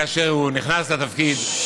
כאשר הוא נכנס לתפקיד,